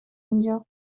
اینجا